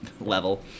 level